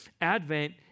Advent